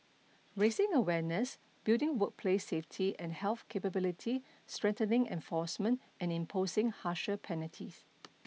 raising awareness building workplace safety and health capability strengthening enforcement and imposing harsher penalties